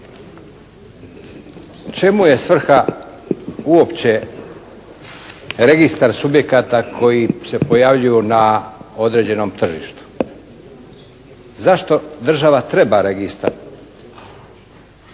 Čemu je svrha uopće registar subjekata koji se pojavljuju na određenom tržištu? Zašto država treba registar?